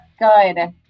good